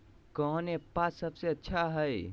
कौन एप्पबा सबसे अच्छा हय?